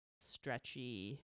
stretchy